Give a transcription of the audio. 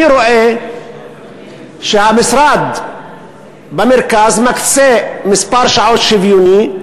אני רואה שהמשרד במרכז מקצה מספר שעות שוויוני,